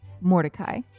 Mordecai